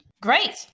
great